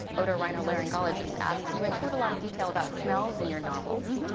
otolaryngologist, asks, you include a lot of detail about smells in your novels,